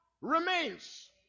remains